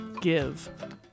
give